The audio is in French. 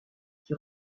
qui